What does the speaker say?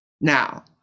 now